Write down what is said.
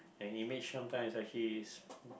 and image sometime is actually